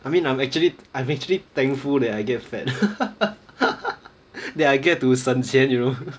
I mean I'm actually I'm actually thankful that I get fed that I get to 省钱 you know